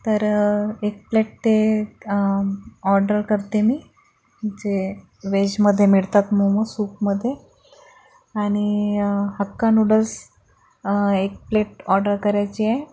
तर एक प्लेट ते ऑर्डर करते मी जे व्हेजमध्ये मिळतात मोमोज सूपमध्ये आणि हक्का नूडल्स एक प्लेट ऑर्डर करायची आहे